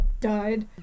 Died